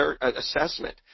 assessment